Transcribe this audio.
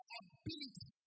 ability